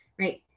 Right